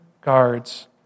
guards